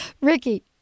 Ricky